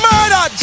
Murder